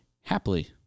happily